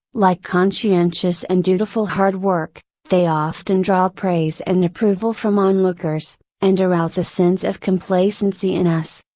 like conscientious and dutiful hard work, they often draw praise and approval from onlookers, and arouse a sense of complacency in us.